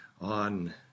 on